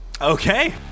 okay